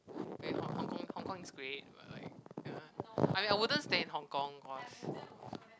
okay Hong~ Hong-Kong Hong-Kong is great but like ya I mean I wouldn't stay in Hong-Kong of course